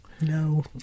No